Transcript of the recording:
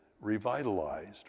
revitalized